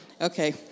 Okay